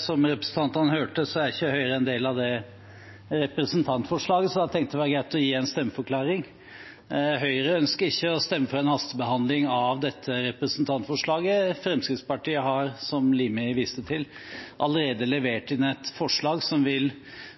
Som representantene hørte, er ikke Høyre en del av det representantforslaget, så da tenkte jeg det var greit å gi en stemmeforklaring. Høyre ønsker ikke å stemme for en hastebehandling av dette representantforslaget. Fremskrittspartiet har, som Limi viste til, allerede levert inn et forslag